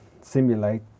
simulate